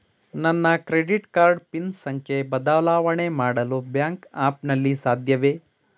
ನನ್ನ credit card pin ಸಂಖ್ಯೆ ಬದಲಾವಣೆ ಮಾಡಲು ಬ್ಯಾಂಕ್ ಆ್ಯಪ್ ನಲ್ಲಿ ಸಾಧ್ಯವೇ?